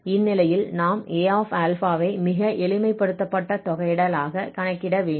இந்நிலையில் நாம் Aα ஐ மிக எளிமைப்படுத்தப்பட்ட தொகையிடலாக கணக்கிட வேண்டும்